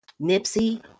Nipsey